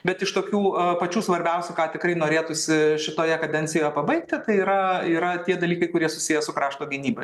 bet iš tokių pačių svarbiausių ką tikrai norėtųsi šitoje kadencijoje pabaigti tai yra yra tie dalykai kurie susiję su krašto gynyba